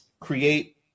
create